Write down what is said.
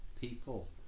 people